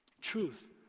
Truth